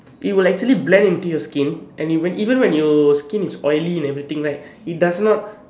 it will actually blend into your skin and it even when your skin is oily and everything right it does not